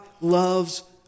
loves